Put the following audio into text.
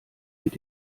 mit